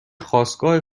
خاستگاه